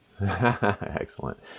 Excellent